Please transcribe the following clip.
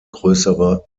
größere